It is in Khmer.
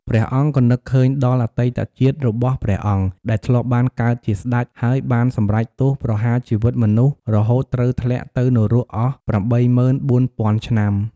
ព្រះអង្គក៏នឹកឃើញដល់អតីតជាតិរបស់ព្រះអង្គដែលធ្លាប់បានកើតជាស្តេចហើយបានសម្រេចទោសប្រហារជីវិតមនុស្ស រហូតត្រូវធ្លាក់ទៅ នរកអស់ ៨ ម៉ឺន ៤ ពាន់ឆ្នាំ។